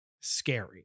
scary